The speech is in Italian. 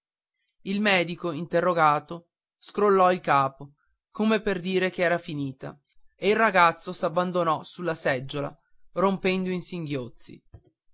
il medico interrogato scrollò il capo come per dire che era finita e il ragazzo s'abbandonò sulla seggiola rompendo in singhiozzi